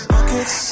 Pockets